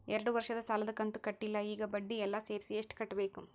ಎರಡು ವರ್ಷದ ಸಾಲದ ಕಂತು ಕಟ್ಟಿಲ ಈಗ ಬಡ್ಡಿ ಎಲ್ಲಾ ಸೇರಿಸಿ ಎಷ್ಟ ಕಟ್ಟಬೇಕು?